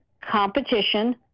competition